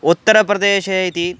उत्तरप्रदेशे इति